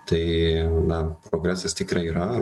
tai na progresas tikrai yra